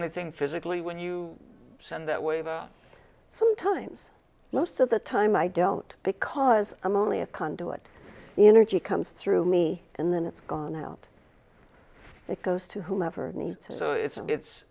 anything physically when you send that way that sometimes most of the time i don't because i'm only a conduit the energy comes through me and then it's gone out it goes to whomever so it's it's